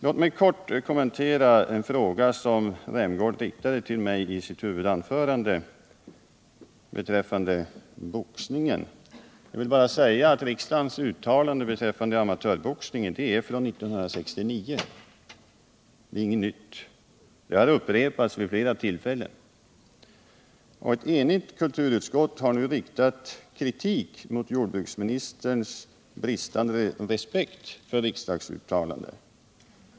Låt mig kort kommentera en fråga som Rolf Rämgård ställde till mig i sitt huvudanförande och som gällde boxningen. Jag vill bara säga att riksdagens uttalande beträffande amatörboxningen är från 1969. Det är alltså inte nytt. Det har upprepats vid flera tillfällen. Ett enigt kulturutskott har nu riktat kritik mot jordbruksministerns bristande respekt för riksdagsuttalandet.